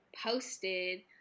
posted